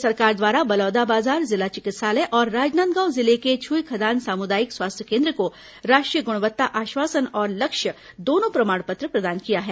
केन्द्र सरकार द्वारा बलौदाबाजार जिला चिकित्सालय और राजनांदगांव जिले के छुईखदान सामुदायिक स्वास्थ्य केन्द्र को राष्ट्रीय गुणवत्ता आश्वासन और लक्ष्य दोनों प्रमाण पत्र प्रदान किया गया है